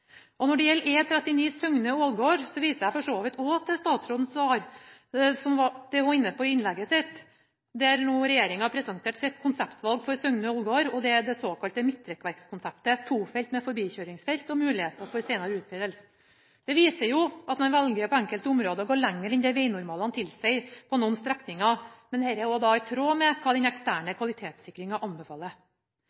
Når det gjelder E39 Søgne–Ålgård, viser jeg for så vidt også til statsrådens svar, som hun var inne på i innlegget sitt, der regjeringa presenterte sitt konseptvalg for Søgne–Ålgård. Det er det såkalte midtrekkverkskonseptet: tofelt med forbikjøringsfelt og muligheten for senere utvidelse. Det viser jo at man på enkelte områder velger å gå lenger enn det vegnormalene tilsier på noen strekninger, og det er i tråd med det den eksterne